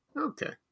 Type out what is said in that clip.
okay